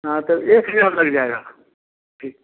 हाँ तब एक हज़ार लग जाएगा ठीक